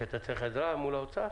כי אתה צריך עזרה מול האוצר?